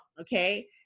okay